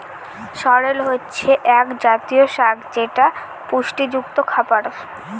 সরেল হচ্ছে এক জাতীয় শাক যেটা পুষ্টিযুক্ত খাবার